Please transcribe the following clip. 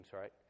right